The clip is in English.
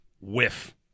Whiff